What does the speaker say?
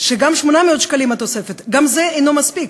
גם 800 שקלים תוספת, גם זה אינו מספיק.